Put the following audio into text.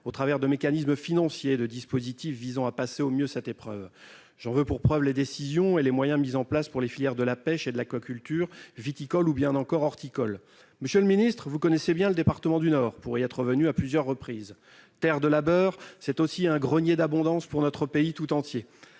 au travers de mécanismes financiers et de dispositifs visant à passer au mieux cette épreuve. J'en veux pour preuve les décisions prises et les moyens mis en place en faveur de la pêche et de l'aquaculture, de la viticulture ou de l'horticulture. Monsieur le ministre, vous connaissez bien le département du Nord pour vous y être rendu à plusieurs reprises. Terre de labeur, c'est aussi un grenier d'abondance pour le pays tout entier.